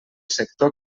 sector